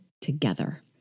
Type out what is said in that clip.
together